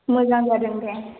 मोजां जादों दे